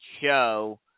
show